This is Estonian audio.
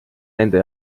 nende